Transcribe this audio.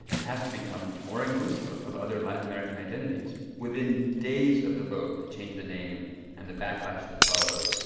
it has to become more inclusive of of other latin american identities. within days of the vote to change the name and the backlash that followed,